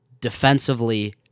defensively